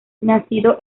nacido